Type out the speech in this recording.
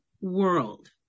world